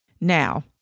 Now